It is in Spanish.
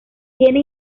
tiene